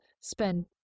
spend